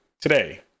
today